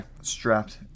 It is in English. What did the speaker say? strapped